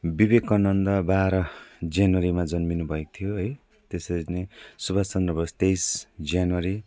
विवेकानन्द बाह्र जनवरीमा जन्मिनुभएको थियो है त्यसरी नै सुभाषचन्द्र बोस तेइस जनवरी